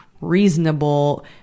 reasonable